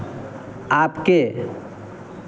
आपके